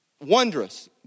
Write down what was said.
wondrous